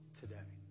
today